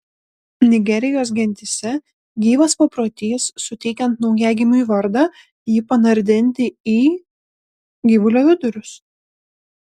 nigerijos gentyse gyvas paprotys suteikiant naujagimiui vardą jį panardinti į gyvulio vidurius